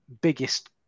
biggest